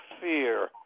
fear